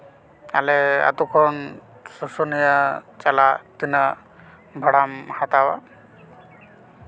ᱟᱞᱮ ᱟᱛᱳ ᱠᱷᱚᱱ ᱥᱩᱥᱩᱱᱤᱭᱟᱹ ᱪᱟᱞᱟᱜ ᱛᱤᱱᱟᱹᱜ ᱵᱷᱟᱲᱟᱢ ᱦᱟᱛᱟᱣᱟ